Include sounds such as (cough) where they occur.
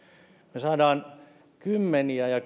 me saamme kymmenille ja (unintelligible)